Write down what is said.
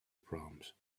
proms